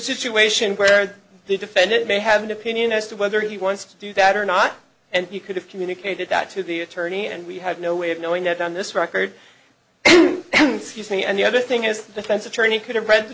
situation where the defendant may have an opinion as to whether he wants to do that or not and he could have communicated that to the attorney and we have no way of knowing that on this record scuse me and the other thing is defense attorney could have read the